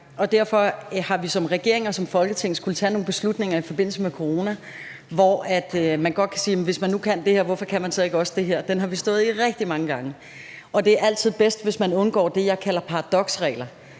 Derfor har vi som regering og som Folketing skullet tage nogle beslutninger i forbindelse med corona, hvor man godt kan sige: Jamen hvis man nu kan det her, hvorfor kan man så ikke også det her? Den situation har vi stået i rigtig mange gange. Det er altid bedst, hvis man undgår det, jeg kalder paradoksregler.